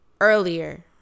earlier